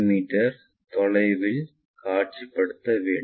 me தொலைவில் காட்சிப்படுத்த வேண்டும்